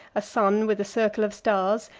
a sun with a circle of stars,